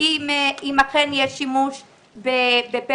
אם אכן יש שימוש בפגסוס,